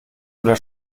oder